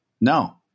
No